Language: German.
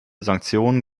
sanktionen